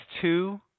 two